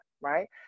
right